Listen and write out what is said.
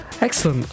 Excellent